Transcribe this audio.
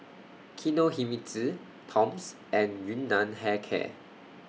Kinohimitsu Toms and Yun Nam Hair Care